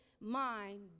mind